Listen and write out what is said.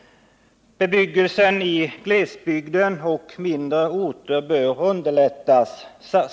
Bebyggelsen i glesbygden och mindre orter bör underlättas.